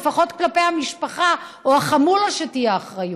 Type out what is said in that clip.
לפחות כלפי המשפחה או החמולה שתהיה אחריות.